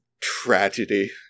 tragedy